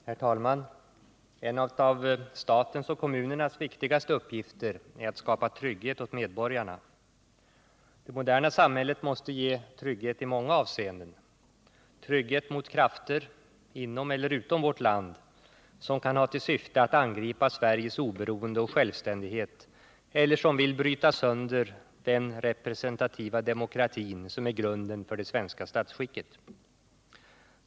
Herr talman! En av statens och kommunernas viktigaste uppgifter är att skapa trygghet åt medborgarna. Det moderna samhället måste ge trygghet i många avseenden — trygghet mot krafter — inom eller utom vårt land — som kan ha till syfte att angripa Sveriges oberoende och självständighet eller som vill bryta sönder den representativa demokratin, som är grunden för det svenska statsskicket.